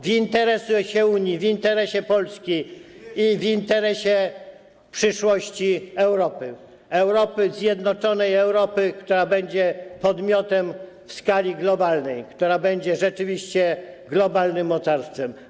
w interesie Unii, w interesie Polski i w interesie przyszłości Europy, Europy zjednoczonej, Europy, która będzie podmiotem w skali globalnej, która będzie rzeczywiście globalnym mocarstwem.